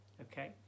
okay